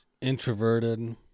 introverted